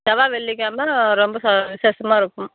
செவ்வாய் வெள்ளிக் கிலம ரொம்ப ச விஷேசமாக இருக்கும்